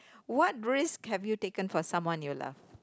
what risks have you taken for someone you love